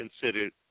considered